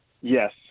Yes